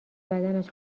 بدنش